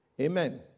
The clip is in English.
Amen